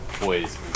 boys